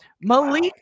Malik